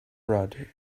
rudd